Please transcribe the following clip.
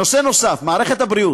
נושא נוסף: מערכת הבריאות.